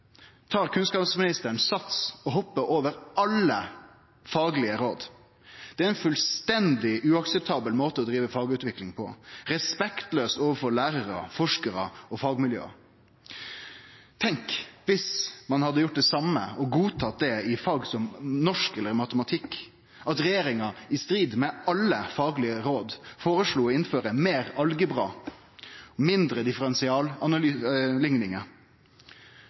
tar kunnskapsministeren sats og hoppar over alle faglege råd. Det er ein fullstendig uakseptabel måte å drive fagutvikling på og respektlaust overfor lærarar, forskarar og fagmiljø. Tenk viss ein hadde gjort det same, og godtatt det, i fag som norsk eller matematikk – at regjeringa i strid med alle faglege råd føreslo å innføre meir algebra og mindre